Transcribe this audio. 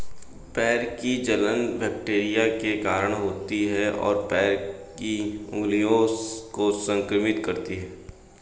पैर की जलन बैक्टीरिया के कारण होती है, और पैर की उंगलियों को संक्रमित करती है